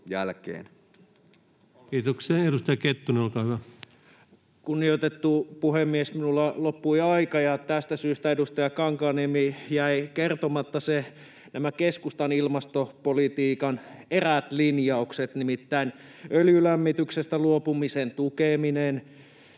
Time: 20:35 Content: Kunnioitettu puhemies! Minulla loppui aika, ja tästä syystä, edustaja Kankaanniemi, jäivät kertomatta nämä keskustan ilmastopolitiikan eräät linjaukset, nimittäin öljylämmityksestä luopumisen tukeminen,